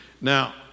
now